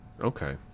Okay